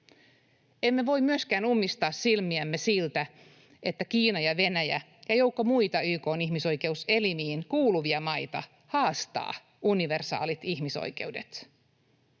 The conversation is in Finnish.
Emme voi myöskään ummistaa silmiämme siltä, että Kiina ja Venäjä ja joukko muita YK:n ihmisoikeuselimiin kuuluvia maita haastavat universaalit ihmisoikeudet,